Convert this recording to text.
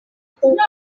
kuba